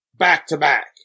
back-to-back